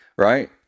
Right